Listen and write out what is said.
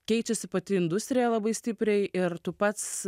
keičiasi pati industrija labai stipriai ir tu pats